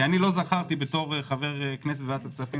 אני לא זכרתי בתור חבר כנסת בוועדת הכספים